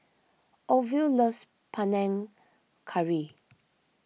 Orvil loves Panang Curry